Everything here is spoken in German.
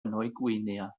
neuguinea